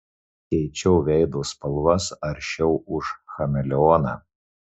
keičiau veido spalvas aršiau už chameleoną